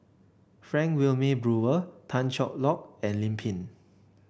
Frank Wilmin Brewer Tan Cheng Lock and Lim Pin